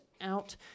out